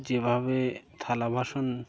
যেভাবে থালা বাসন